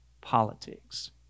Politics